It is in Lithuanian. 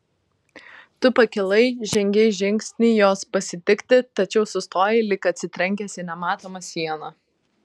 tu pakilai žengei žingsnį jos pasitikti tačiau sustojai lyg atsitrenkęs į nematomą sieną